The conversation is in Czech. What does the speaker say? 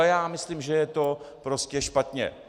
Já myslím, že je to prostě špatně!